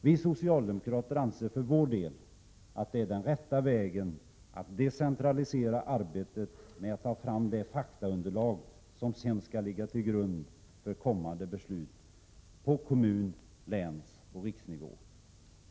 Vi socialdemokrater anser för vår del att det är den rätta vägen att decentralisera arbetet med att ta fram det faktaunderlag som sedan skall ligga till grund för kommande beslut på kommun-, länsoch riksnivå.